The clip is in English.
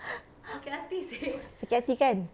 sakit hati kan